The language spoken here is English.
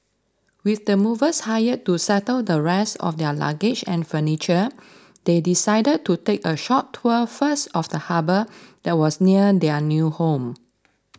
with the movers hired to settle the rest of their luggage and furniture they decided to take a short tour first of the harbour that was near their new home